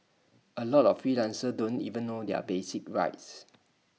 A lot of freelancers don't even know their basic rights